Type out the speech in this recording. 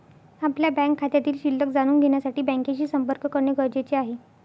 आपल्या बँक खात्यातील शिल्लक जाणून घेण्यासाठी बँकेशी संपर्क करणे गरजेचे आहे